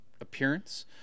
Appearance